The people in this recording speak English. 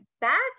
back